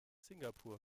singapur